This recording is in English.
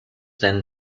then